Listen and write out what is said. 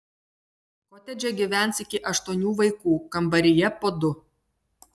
kotedže gyvens iki aštuonių vaikų kambaryje po du